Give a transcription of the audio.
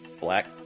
black